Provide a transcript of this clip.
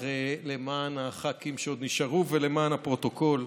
למען הח"כים שעוד נשארו ולמען הפרוטוקול: